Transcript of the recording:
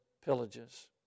pillages